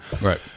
right